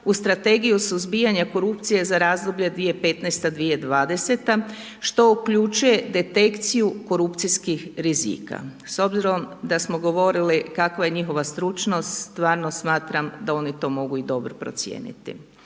u strategiju suzbijanja korupcije za razdoblje 2015. 2020., što uključuje detekciju korupcijskih rizika. S obzirom da smo govorili kakva je njihova stručnost stvarno smatram da oni to mogu i dobro procijeniti.